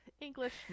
English